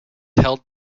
held